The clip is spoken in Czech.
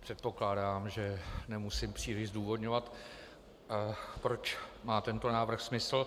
Předpokládám, že nemusím příliš zdůvodňovat, proč má tento návrh smysl.